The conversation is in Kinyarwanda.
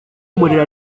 umuriro